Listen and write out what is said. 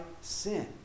sin